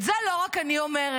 את זה לא רק אני אומרת.